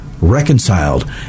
reconciled